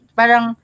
parang